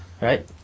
right